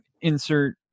insert